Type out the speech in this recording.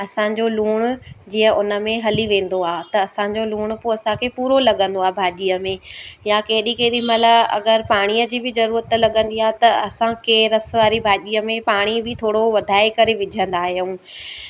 असांजो लूणु जीअं उन में हली वेंदो आहे त असांजो लूणु पोइ असांखे पूरो लॻंदो आ भाॼीअ में या केॾी केॾी महिल अगरि पाणीअ जी बि ज़रूरत लॻंदी आहे त असां कंहिं रसु वारी भाॼीअ में पाणी बि थोरो वधाए करे विझंदा आयूं